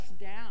down